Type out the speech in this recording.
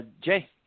Jay